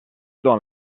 dans